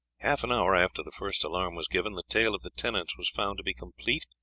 half an hour after the first alarm was given the tale of the tenants was found to be complete,